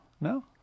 no